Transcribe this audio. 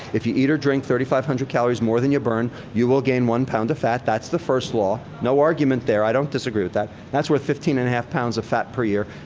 if you eat or drink thirty five hundred calories more than you burn, you will gain one pound of fat. that's the first law. no argument there. i don't disagree with that. that's worth fifteen and a half pounds of fat per year.